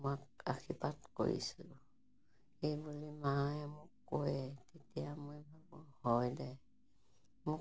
তোমাক আশীৰ্বাদ কৰিছোঁ এইবুলি মায়ে মোক কয় তেতিয়া মই ভাবোঁ হয় দে মোক